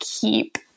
Keep